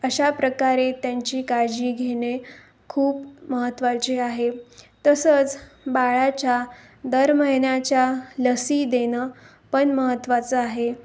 अशा प्रकारे त्यांची काळजी घेणे खूप महत्त्वाचे आहे तसंच बाळाच्या दर महिन्याच्या लसी देणं पण महत्त्वाचं आहे